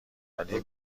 ولی